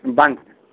ᱵᱟᱝᱟ